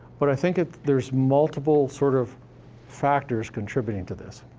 but i think there's multiple sort of factors contributing to this.